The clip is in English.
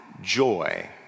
joy